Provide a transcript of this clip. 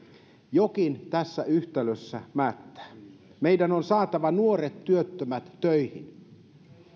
jokin tässä yhtälössä mättää meidän on saatava nuoret työttömät töihin